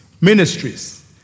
ministries